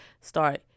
start